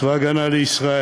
צבא ההגנה לישראל,